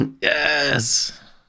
Yes